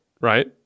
right